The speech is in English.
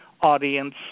audience